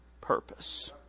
purpose